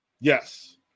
Yes